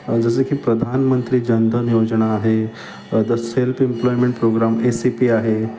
जसं की प्रधानमंत्री जनधन योजना आहे the self employment programme A C P आहे